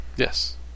Yes